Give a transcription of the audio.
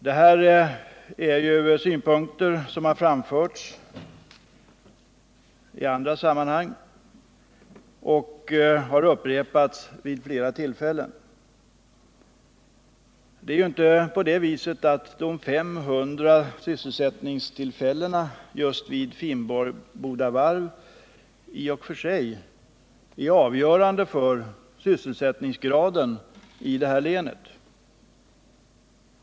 Det här är synpunkter som har framförts i andra sammanhang och som har upprepats vid flera tillfällen. Det är ju inte så att just de 500 sysselsättningstillfällena vid Finnboda varv i och för sig är avgörande för sysselsättningsgraden i detta län.